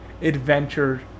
Adventure